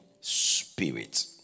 spirit